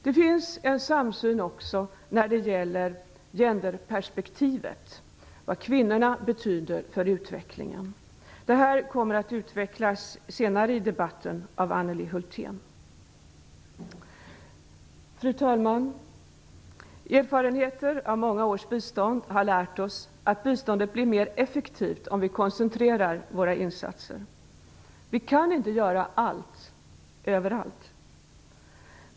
Det finns en samsyn också när det gäller genderperspektivet, vad kvinnorna betyder för utvecklingen. Det här kommer att utvecklas senare i debatten av Fru talman! Erfarenheter av många års bistånd har lärt oss att biståndet blir mer effektivt om vi koncentrerar våra insatser. Vi kan inte göra allt överallt.